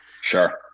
sure